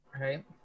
Right